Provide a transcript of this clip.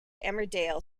emmerdale